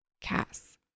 Cass